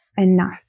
enough